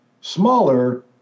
smaller